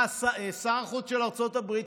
שר החוץ של ארצות הברית,